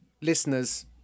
listeners